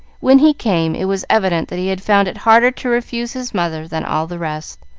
when he came, it was evident that he had found it harder to refuse his mother than all the rest.